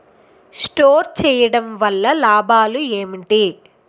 Store చేయడం వల్ల లాభాలు ఏంటి?